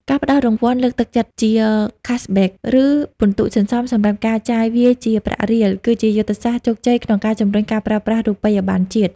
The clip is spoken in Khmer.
ការផ្ដល់រង្វាន់លើកទឹកចិត្តជា "Cashback" ឬពិន្ទុសន្សំសម្រាប់ការចាយវាយជាប្រាក់រៀល គឺជាយុទ្ធសាស្ត្រជោគជ័យក្នុងការជម្រុញការប្រើប្រាស់រូបិយបណ្ណជាតិ។